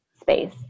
space